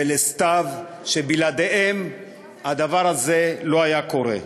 ולסתיו, שבלעדיהם הדבר הזה לא היה קורה.